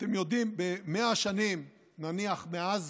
ואתם יודעים, ב-100 שנים, נניח מאז